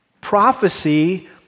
prophecy